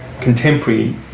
contemporary